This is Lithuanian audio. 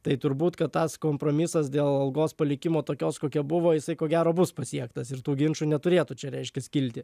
tai turbūt kad tas kompromisas dėl algos palikimo tokios kokia buvo jisai ko gero bus pasiektas ir tų ginčų neturėtų čia reiškiasi kilti